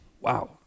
Wow